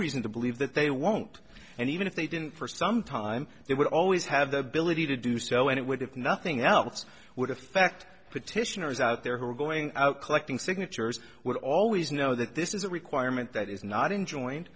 reason to believe that they won't and even if they didn't for some time they would always have the ability to do so and it would if nothing else would affect petitioners out there who are going out collecting signatures would always know that this is a requirement that is not enjoin